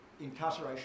incarceration